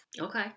Okay